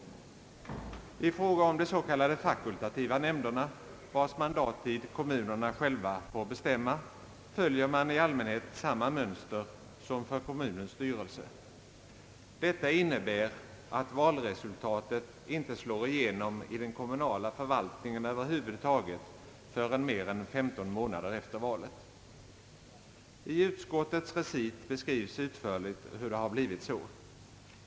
I fråga om de s.k. fakultativa nämnderna, vilkas mandattid kommunerna själva får bestämma, följer man i allmänhet samma mönster som för kommunens styrelse. Detta innebär att valresultatet inte slår igenom i den kommunala förvaltningen över huvud taget förrän mer än 15 månader efter valet. I utskottets recit beskrives utförligt hur det har blivit så.